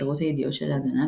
שירות הידיעות של "ההגנה",